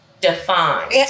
defined